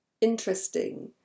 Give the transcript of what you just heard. interesting